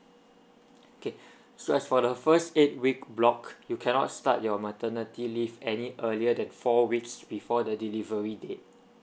okay so as for the first eight week block you cannot start your maternity leave any earlier than four weeks before the delivery date